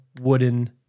wooden